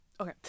Okay